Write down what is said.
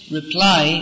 reply